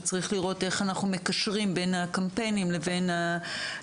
וצריך לראות איך אנחנו מקשרים בין הקמפיינים לבין ההפניות,